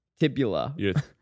Tibula